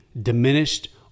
diminished